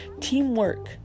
teamwork